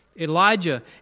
Elijah